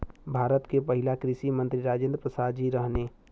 भारत के पहिला कृषि मंत्री राजेंद्र प्रसाद जी रहने